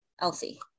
Elsie